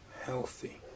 healthy